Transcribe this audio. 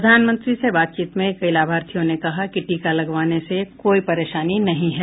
प्रधानमंत्री से बातचीत में कई लाभार्थियों ने कहा कि टीका लगवाने से उन्हें कोई परेशानी नहीं है